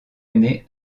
année